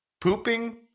pooping